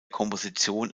komposition